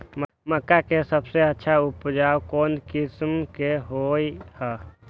मक्का के सबसे अच्छा उपज कौन किस्म के होअ ह?